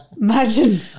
imagine